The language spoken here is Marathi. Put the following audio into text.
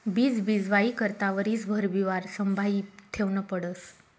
बीज बीजवाई करता वरीसभर बिवारं संभायी ठेवनं पडस